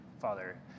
Father